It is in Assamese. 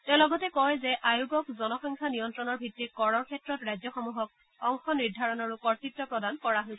তেওঁ লগতে কয় যে আয়োগক জনসংখ্যা নিয়ন্ত্ৰণৰ ভিত্তিত কৰৰ ক্ষেত্ৰত ৰাজ্যসমূহৰ অংশ নিৰ্ধাৰণৰো কৰ্তৃত্ব প্ৰদান কৰা হৈছে